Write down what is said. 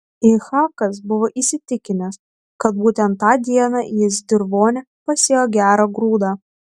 ichakas buvo įsitikinęs kad būtent tą dieną jis dirvone pasėjo gerą grūdą